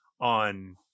on